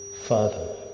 Father